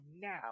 now